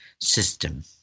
system